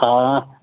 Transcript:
हाँ